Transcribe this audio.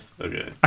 okay